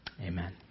amen